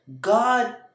god